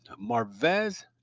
Marvez